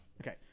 Okay